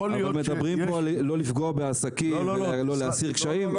אומרים לא לפגוע בעסקים ולהסיר קשיים.